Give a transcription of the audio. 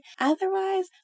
Otherwise